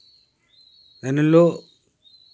ᱮᱱᱦᱤᱞᱳᱜ